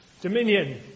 Dominion